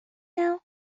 now